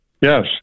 Yes